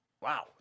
Wow